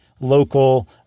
local